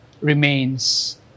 remains